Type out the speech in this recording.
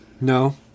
No